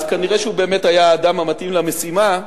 אז כנראה הוא באמת היה האדם המתאים למשימה,